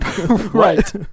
Right